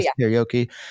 karaoke